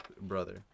brother